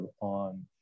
on